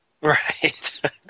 Right